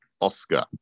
Oscar